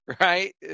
right